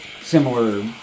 similar